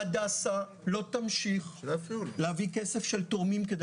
הדסה לא תמשיך להביא כסף של תורמים כדי